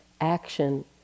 action